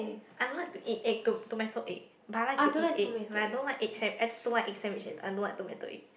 I don't like to eat egg tom~ tomato egg but I like to eat egg but I don't like egg san~ I just don't like egg sandwich and I don't like tomato egg